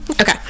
okay